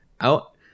out